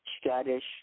Scottish